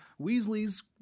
Weasley's